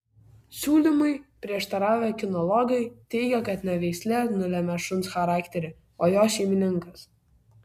siūlymui prieštaravę kinologai teigia kad ne veislė nulemia šuns charakterį o jo šeimininkas